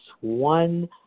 one